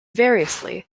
variously